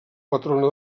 patrona